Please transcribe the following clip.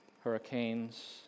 Hurricanes